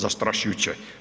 Zastrašujuće.